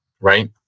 Right